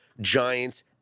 Giants